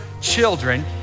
children